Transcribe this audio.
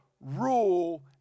rule